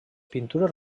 pintures